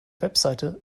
website